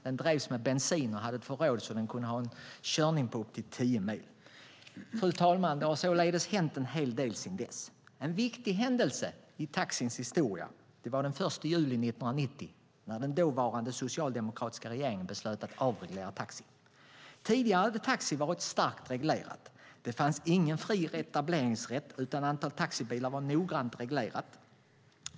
Den drevs med bensin och hade ett förråd som räckte för upp till tio mils körning. Det har således hänt en hel del sedan dess, fru talman. En viktig händelse i taxins historia var när taxibranschen den 1 juli 1990 avreglerades efter beslut av den dåvarande socialdemokratiska regeringen. Tidigare hade taxibranschen varit starkt reglerad. Det fanns ingen fri etableringsrätt, utan antalet taxibilar var noggrant reglerat.